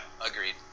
agreed